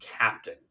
captain